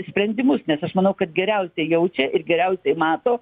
sprendimus nes aš manau kad geriausiai jaučia ir geriausiai mato